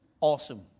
awesome